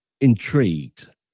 intrigued